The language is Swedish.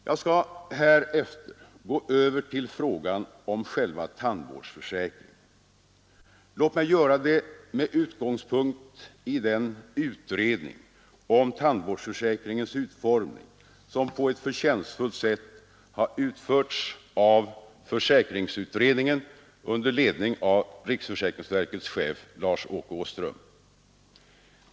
Jag skall härefter gå över till frågan om själva tandvårdsförsäkringen. Låt mig göra det med utgångspunkt i den utredning om tandvårdsförsäkringens utformning som på ett förtjänstfullt sätt har utförts av försäkringsutredningen under ledning av riksförsäkringsverkets chef Lars-Åke Åström.